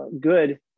good